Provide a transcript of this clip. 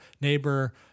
neighbor